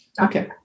okay